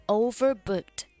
overbooked